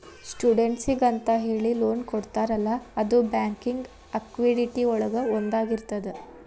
ಸ್ಟೂಡೆಂಟ್ಸಿಗೆಂತ ಹೇಳಿ ಲೋನ್ ಕೊಡ್ತಾರಲ್ಲ ಅದು ಬ್ಯಾಂಕಿಂಗ್ ಆಕ್ಟಿವಿಟಿ ಒಳಗ ಒಂದಾಗಿರ್ತದ